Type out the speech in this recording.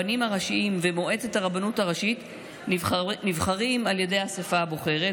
הרבנים הראשיים ומועצת הרבנות הראשית נבחרים על ידי האספה הבוחרת,